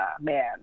man